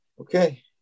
okay